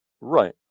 Right